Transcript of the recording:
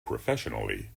professionally